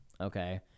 okay